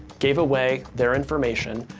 gave away their information,